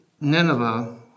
Nineveh